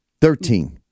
thirteen